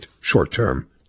short-term